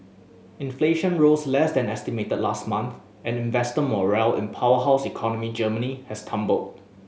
inflation rose less than estimated last month and investor morale in powerhouse economy Germany has tumbled